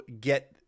get